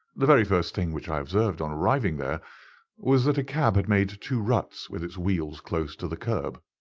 the very first thing which i observed on arriving there was that a cab had made two ruts with its wheels close to the curb.